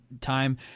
time